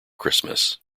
christmas